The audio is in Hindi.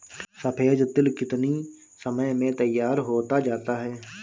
सफेद तिल कितनी समय में तैयार होता जाता है?